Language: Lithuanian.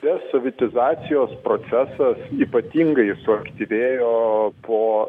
desovietizacijos procesas ypatingai suaktyvėjo po